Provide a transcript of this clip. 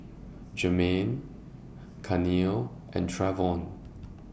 Germaine Carnell and Trevon